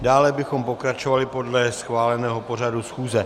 Dále bychom pokračovali podle schváleného pořadu schůze.